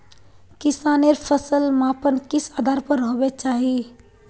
किसानेर फसल मापन किस आधार पर होबे चही?